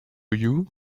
you